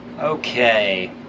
Okay